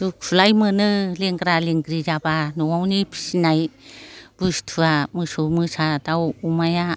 दुखुलाय मोनो लेंग्रा लेंग्रि जाबा न'नि फिसिनाय बुसथुआ मोसौ मोसा दाउ अमाया